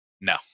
No